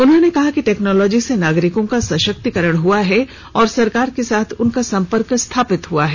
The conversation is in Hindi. उन्होंने कहा कि टेक्नोलॉजी से नागरिकों का सशक्तिकरण हुआ है और सरकार के साथ उनका संपर्क स्थापित हुआ है